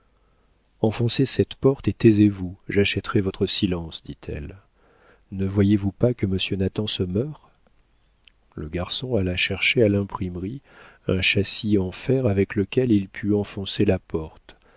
enfoncez cette porte et taisez-vous j'achèterai votre silence dit-elle ne voyez-vous pas que monsieur nathan se meurt le garçon alla chercher à l'imprimerie un châssis de fer avec lequel il put enfoncer la porte